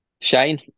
Shane